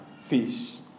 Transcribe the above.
fish